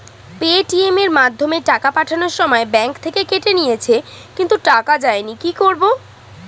Paytm এর মাধ্যমে টাকা পাঠানোর সময় ব্যাংক থেকে কেটে নিয়েছে কিন্তু টাকা যায়নি কি করব?